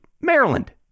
Maryland